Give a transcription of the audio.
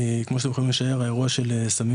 כי כמו שאתם יכולים לשער האירוע של סמים